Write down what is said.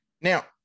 Now